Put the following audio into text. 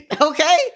Okay